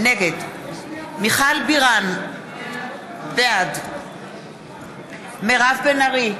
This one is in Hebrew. נגד מיכל בירן, בעד מירב בן ארי,